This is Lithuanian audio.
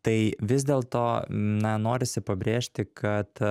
tai vis dėlto na norisi pabrėžti kad